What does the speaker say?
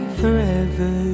forever